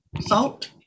salt